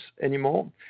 anymore